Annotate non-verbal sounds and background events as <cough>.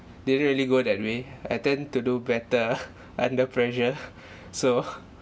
didn't really go that way I tend to do better <laughs> under pressure so